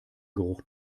geruch